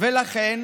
ולכן